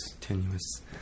tenuous